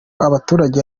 abaturage